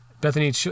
Bethany